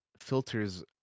filters